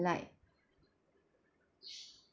like